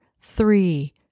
three